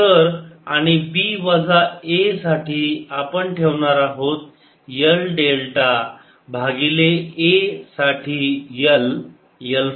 तर आणि b वजा a साठी आपण ठेवणार आहोत L डेल्टा भागिले a साठी L L 4